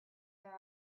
their